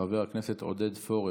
חבר הכנסת עודד פורר.